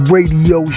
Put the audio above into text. Radio